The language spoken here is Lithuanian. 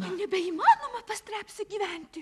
jau nebeįmanoma pas trepsę gyventi